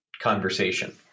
conversation